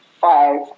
five